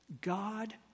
God